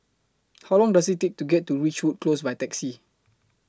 How Long Does IT Take to get to Ridgewood Close By Taxi